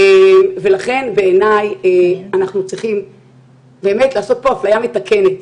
לכן בעיניי אנחנו צריכים באמת לעשות פה אפליה מתקנת,